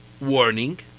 warning